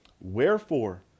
Wherefore